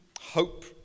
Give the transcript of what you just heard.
Hope